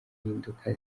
impinduka